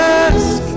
ask